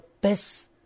best